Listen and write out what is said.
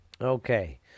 Okay